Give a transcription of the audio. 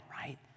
right